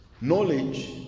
knowledge